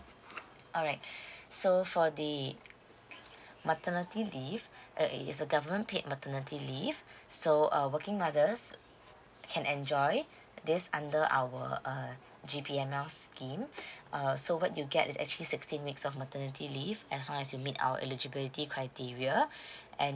alright so for the maternity leave uh is is a government paid maternity leave so uh working mothers can enjoy this under our err G_P_M_L scheme err so what you get is actually sixteen weeks of maternity leave as long as you meet our eligibility criteria